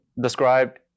described